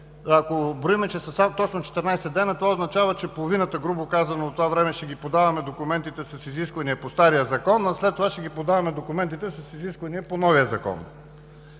ако броим, че са точно 14 дни, това означава, че половината, грубо казано, от това време ще подаваме документите с изисквания по стария закон, а след това ще ги подаваме документите с изисквания по новия закон!?